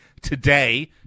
today